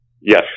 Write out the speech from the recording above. Yes